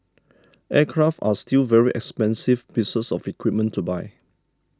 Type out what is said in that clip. aircraft are still very expensive pieces of equipment to buy